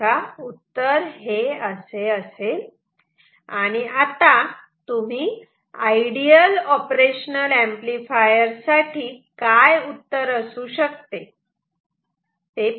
तेव्हा उत्तर हे असे असेल आणि आता तुम्ही आयडियल ऑपरेशनल ऍम्प्लिफायर साठी काय उत्तर असू शकते